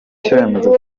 cyemezo